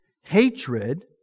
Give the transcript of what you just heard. hatred